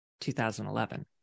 2011